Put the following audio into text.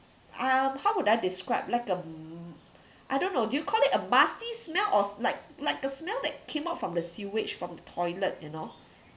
uh how would I describe like a mm I don't know do you call it a musty smell or s~ like like the smell that came out from the sewage from the toilet you know